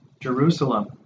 Jerusalem